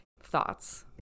Thoughts